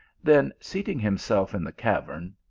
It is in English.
then seating himself in the cavern,